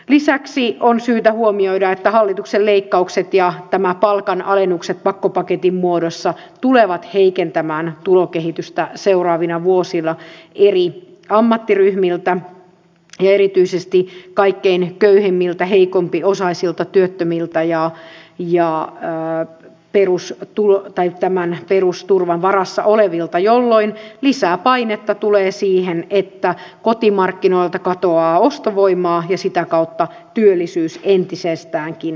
lisäksi on syytä huomioida että hallituksen leikkaukset ja nämä palkanalennukset pakkopaketin muodossa tulevat heikentämään tulokehitystä seuraavina vuosina eri ammattiryhmiltä ja erityisesti kaikkein köyhimmiltä heikompiosaisilta työttömiltä ja perusturvan varassa olevilta jolloin lisää painetta tulee siihen että kotimarkkinoilta katoaa ostovoimaa ja sitä kautta työllisyys entisestäänkin heikkenee